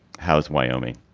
how is wyoming?